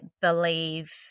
believe